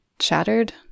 shattered